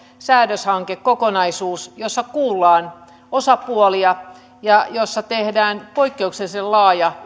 säädöshankekokonaisuus jossa kuullaan osapuolia ja kehitetään yhteistoimin poikkeuksellisen laaja